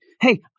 hey